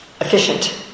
efficient